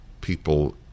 people